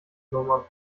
nummer